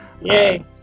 Yay